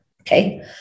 Okay